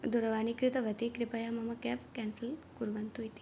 दूरवाणीं कृतवती कृपया मम केब् केन्सल् कुर्वन्तु इति